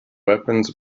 weapons